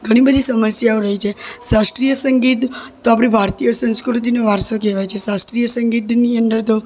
ઘણી બધી સમસ્યાઓ રહી છે શાસ્ત્રીય સંગીત તો આપરી ભારતીય સંસ્કૃતિનો વારસો કહેવાય છે શાસ્ત્રીય સંગીતની અંદર તો